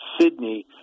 Sydney